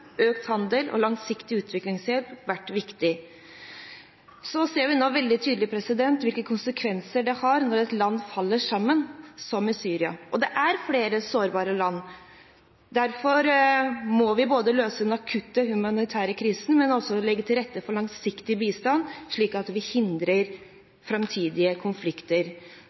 økt handel og langsiktig utviklingshjelp vært viktig. Nå ser vi veldig tydelig hvilke konsekvenser det har når et land faller sammen, som Syria, og det er flere sårbare land. Derfor må vi både løse den akutte humanitære krisen og legge til rette for langsiktig bistand, slik at vi hindrer framtidige konflikter.